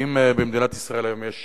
האם במדינת ישראל היום יש